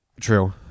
true